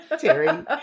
Terry